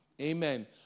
Amen